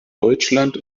deutschland